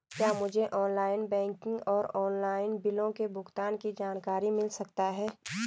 क्या मुझे online banking और ऑनलाइन बिलों के भुगतान की जानकारी मिल सकता है?